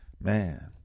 man